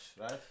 right